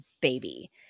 baby